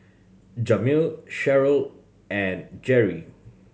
Jamil Sherryl and Gerry